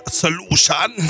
solution